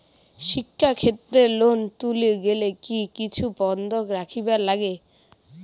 শিক্ষাক্ষেত্রে লোন তুলির গেলে কি কিছু বন্ধক রাখিবার লাগে?